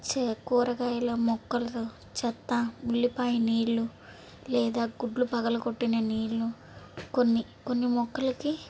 చే కూరగాయల మొక్కలు చెత్త ఉల్లిపాయ నీళ్ళు లేదా గుడ్లు పగలగొట్టిన నీళ్ళు కొన్ని కొన్ని మొక్కలకి